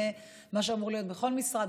זה מה שאמור להיות בכל משרד.